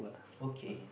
okay